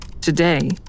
Today